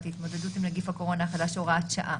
להתמודדות עם נגיף הקורונה החדש (הוראת שעה),